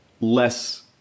less